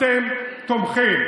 אתם תומכים.